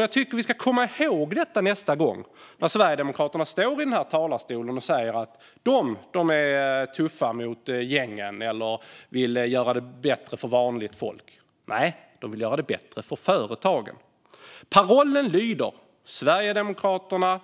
Jag tycker att vi ska komma ihåg det nästa gång Sverigedemokraterna står i den här talarstolen och säger att de är tuffa mot gängen och vill göra det bättre för vanligt folk. Nej - de vill göra det bättre för företagen. Sverigedemokraternas paroll lyder: